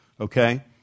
okay